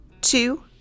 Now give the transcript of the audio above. Two